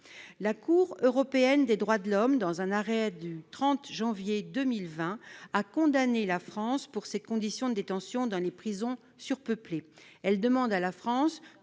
La Cour européenne des droits de l'homme, dans un arrêt du 30 janvier dernier, a condamné la France pour les conditions de détention dans ses prisons surpeuplées.